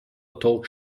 talk